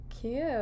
Cute